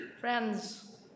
Friends